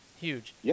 huge